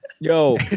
Yo